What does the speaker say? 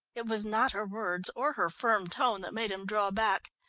it was not her words or her firm tone that made him draw back.